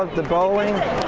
the bowling.